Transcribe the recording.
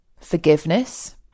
forgiveness